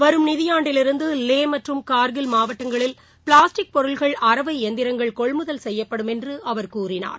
வரும் நிதியாண்டிலிருந்து லே மற்றும் கார்கில் மாவட்டங்களில் பிளாஸ்டிக் பொருட்கள் அரவை எந்திரங்கள் கொள்முதல் செய்யப்படும் என்று அவர் கூறினார்